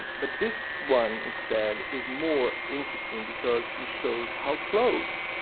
but this one, instead, is more interesting because it shows how close